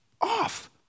off